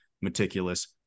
meticulous